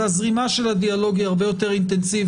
הזרימה של הדיאלוג היא הרבה יותר אינטנסיבית,